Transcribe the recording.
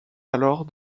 alors